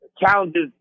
challenges